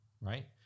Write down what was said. Right